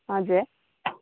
हजुर